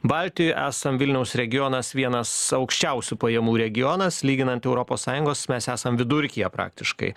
baltijoj esam vilniaus regionas vienas aukščiausių pajamų regionas lyginant europos sąjungos mes esam vidurkyje praktiškai